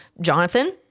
Jonathan